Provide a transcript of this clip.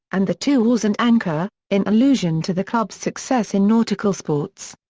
and the two oars and anchor, in allusion to the club's success in nautical sports.